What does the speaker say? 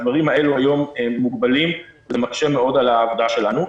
הדברים האלו היום מוגבלים וזה מקשה מאוד על העבודה שלנו.